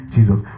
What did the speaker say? Jesus